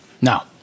now